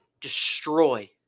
destroy